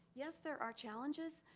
yes, there are challenges,